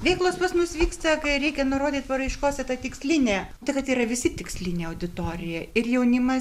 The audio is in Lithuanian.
veiklos pas mus vyksta kai reikia nurodyt paraiškose ta tikslinė ta kad yra visi tikslinė auditorija ir jaunimas